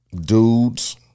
dudes